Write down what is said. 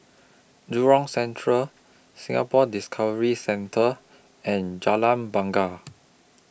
Jurong Central Singapore Discovery Centre and Jalan Bungar